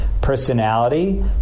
personality